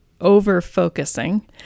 over-focusing